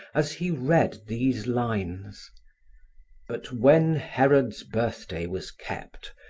as he read these lines but when herod's birthday was kept,